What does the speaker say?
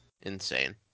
Insane